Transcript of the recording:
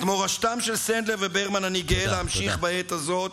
את מורשתם של סנדלר וברמן אני גאה להמשיך בעת הזאת.